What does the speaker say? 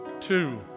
Two